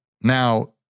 Now